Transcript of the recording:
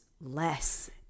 less